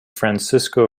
francisco